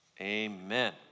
amen